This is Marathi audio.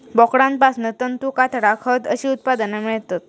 बोकडांपासना तंतू, कातडा, खत अशी उत्पादना मेळतत